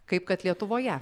kaip kad lietuvoje